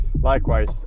Likewise